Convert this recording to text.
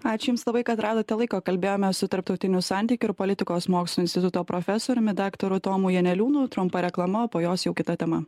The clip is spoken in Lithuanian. ačiū jums labai kad radote laiko kalbėjome su tarptautinių santykių ir politikos mokslų instituto profesoriumi daktaru tomu janeliūnu trumpa reklama o po jos jau kita tema